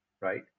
right